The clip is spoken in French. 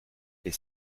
les